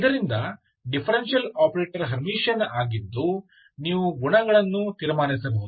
ಇದರಿಂದ differential operator Hermitian ಆಗಿದ್ದು ನೀವು ಗುಣಗಳನ್ನು ತೀರ್ಮಾನಿಸಬಹುದು